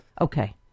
Okay